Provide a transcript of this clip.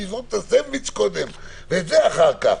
אני אזרוק את הסנדוויץ' קודם, ואת זה אחר כך.